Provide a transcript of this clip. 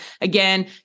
again